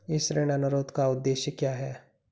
इस ऋण अनुरोध का उद्देश्य क्या है?